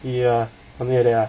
ya only like that ah